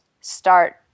start